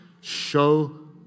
show